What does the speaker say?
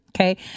Okay